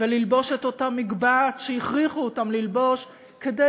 וללבוש את אותה מגבעת שהכריחו אותם ללבוש כדי